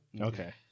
Okay